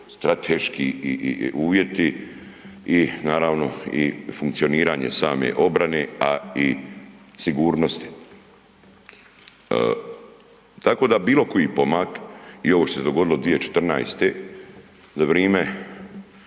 strateški i uvjeti i naravno i funkcioniranje same obrane, a i sigurnosti. Tako da bilo koji pomak i ovo što se dogodilo 2014. za vrime